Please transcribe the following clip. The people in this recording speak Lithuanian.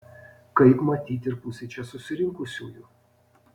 kaip matyt ir pusei čia susirinkusiųjų